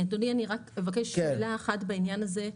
אדוני אני רק אבקש מילה אחת בענין הזה,